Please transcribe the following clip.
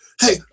Hey